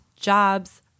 jobs